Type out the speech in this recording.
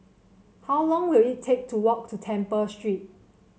how long will it take to walk to Temple Street